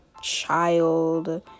child